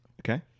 Okay